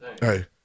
Hey